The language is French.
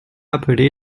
appelé